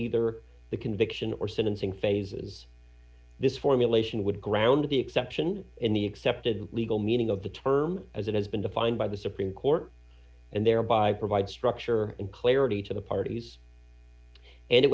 either the conviction or sentencing phase is this formulation would ground the exception in the accepted legal meaning of the term as it has been defined by the supreme court and thereby provide structure and clarity to the parties and it